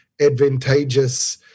advantageous